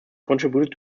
contributed